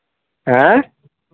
आँय